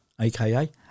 aka